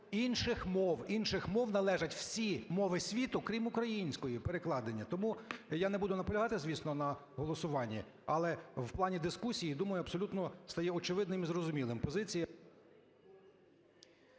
"Інших мов" – належать всі мови світу, крім української, перекладення. Тому я не буду наполягати, звісно, на голосуванні, але в плані дискусії, я думаю, абсолютно стає очевидним і зрозумілим позиція…